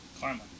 Karma